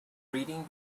reading